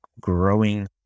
growing